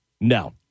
No